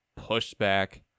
pushback